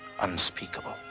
unspeakable